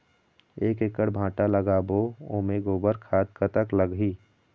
एक एकड़ भांटा लगाबो ओमे गोबर खाद कतक लगही?